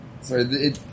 Sorry